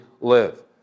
live